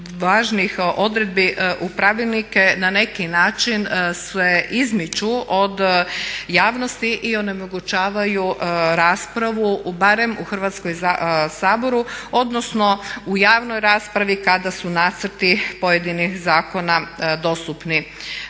odredbi u pravilnike na neki način se izmiču od javnosti i onemogućavaju raspravu barem u Hrvatskom saboru odnosno u javnoj raspravi kada su nacrti pojedinih zakona dostupni